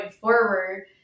forward